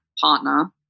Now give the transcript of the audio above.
partner